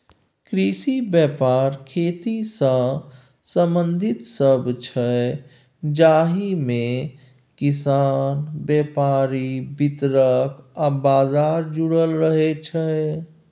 कृषि बेपार खेतीसँ संबंधित शब्द छै जाहिमे किसान, बेपारी, बितरक आ बजार जुरल रहय छै